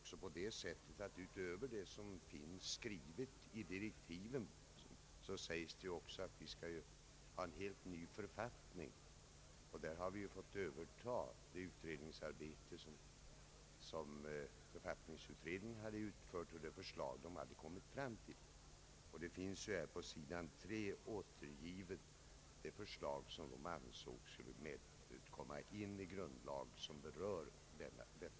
Vi skall ju ha en helt ny författning, och den har fått överta det arbete som författningsutredningen utfört och de förslag den kommit fram till. På sidan 3 finns återgivet det förslag författningsutredningen ansåg skulle komma in i grundlagen som berör detta ämne.